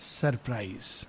surprise